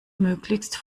möglichst